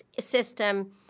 system